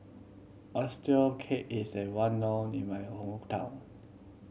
oyster cake is well known in my hometown